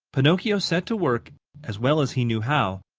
pinocchio set to work as well as he knew how,